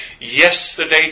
yesterday